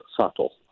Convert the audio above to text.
subtle